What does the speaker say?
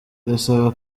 irasaba